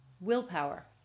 willpower